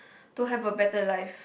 to have a better life